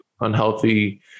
unhealthy